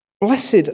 Blessed